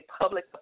public